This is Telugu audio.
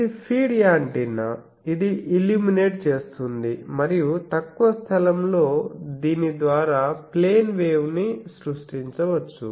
ఇది ఫీడ్ యాంటెన్నాఇది ఇల్ల్యూమినేట్ చేస్తుంది మరియు తక్కువ స్థలంలో దీని ద్వారా ప్లేన్ వేవ్ ను సృష్టించవచ్చు